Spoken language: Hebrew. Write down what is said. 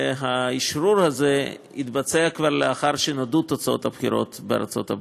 והאשרור הזה נעשה כבר לאחר שנודעו תוצאות הבחירות בארצות הברית,